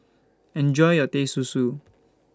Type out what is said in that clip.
Enjoy your Teh Susu